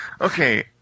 Okay